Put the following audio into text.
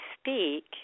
speak